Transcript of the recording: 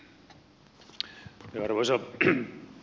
arvoisa puhemies